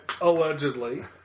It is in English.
allegedly